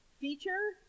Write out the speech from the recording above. feature